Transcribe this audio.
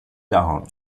down